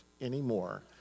anymore